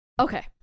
okay